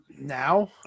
now